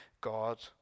God